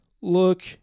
look